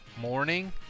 morning